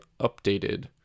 updated